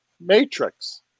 matrix